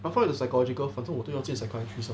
I find the psychological 反正我都要见 psychiatrist liao